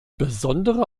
besondere